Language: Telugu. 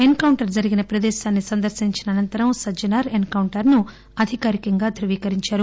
ఎస్ కౌంటర్ జరిగిన ప్రదేశాన్ని సందర్పించిన అనంతరం సజ్ఞనార్ ఎస్ కౌంటర్ ను అధికారికంగా ధృవీకరించారు